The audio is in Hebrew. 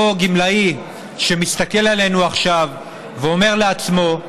אותו גמלאי שמסתכל עלינו עכשיו ואומר לעצמו: